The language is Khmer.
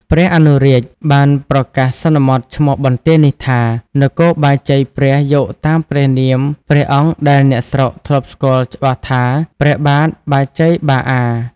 ព្រះអនុរាជបានប្រកាសសន្មតឈ្មោះបន្ទាយនេះ ថា នគរបាជ័យព្រះយកតាមព្រះនាមព្រះអង្គដែលអ្នកស្រុកធ្លាប់ស្គាល់ច្បាស់ថាព្រះបាទបាជ័យបាអារ្យ ។